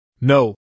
No